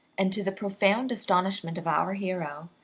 and, to the profound astonishment of our hero,